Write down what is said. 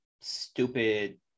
stupid